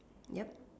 yeap